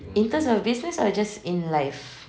in terms of business or just in life